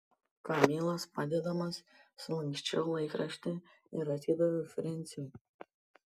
kamilos padedamas sulanksčiau laikraštį ir atidaviau frensiui